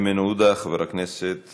חבר הכנסת